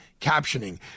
captioning